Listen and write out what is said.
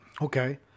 Okay